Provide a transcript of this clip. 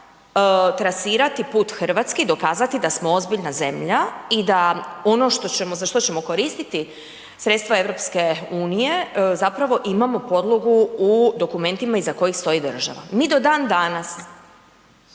trasirati put Hrvatske i dokazati da smo ozbiljna zemlja i da ono za što ćemo koristiti sredstva EU-a, zapravo imamo podlogu u dokumentima iza kojih stoji država. Mi do dandanas